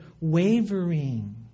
wavering